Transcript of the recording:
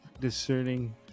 discerning